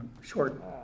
short